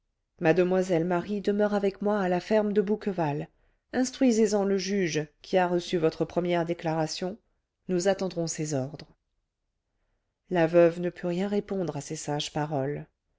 mlle marie demeure avec moi à la ferme de bouqueval instruisez en le juge qui a reçu votre première déclaration nous attendrons ses ordres la veuve ne put rien répondre à ces sages paroles